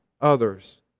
others